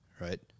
Right